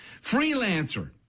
Freelancer